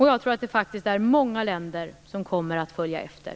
Jag tror faktiskt att många länder komma att följa efter.